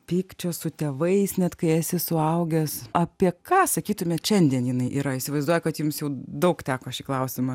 pykčio su tėvais net kai esi suaugęs apie ką sakytumėt šiandien jinai yra įsivaizduoju kad jums jau daug teko šį klausimą